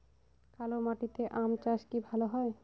কালো মাটিতে আম চাষ কি ভালো হয়?